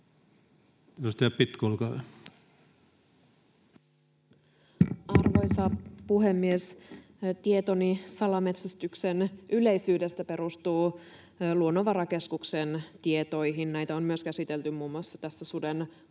Arvoisa puhemies! Tietoni salametsästyksen yleisyydestä perustuu Luonnonvarakeskuksen tietoihin. Tätä on myös käsitelty muun muassa tässä sudenhoitosuunnitelmassa,